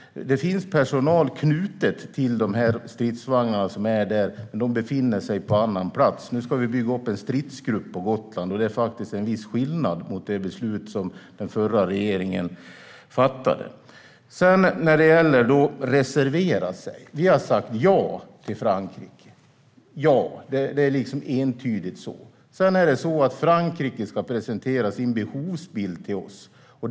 Det finns personal knuten till stridsvagnarna, men de befinner sig på annan plats. Nu ska vi bygga upp en stridsgrupp på Gotland, och det är en viss skillnad jämfört med det beslut som den förra regeringen fattade. Allan Widman säger att Sverige reserverar sig. Vi har sagt entydigt ja till Frankrike. Frankrike ska presentera sin behovsbild för oss.